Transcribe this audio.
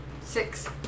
Six